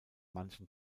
manchen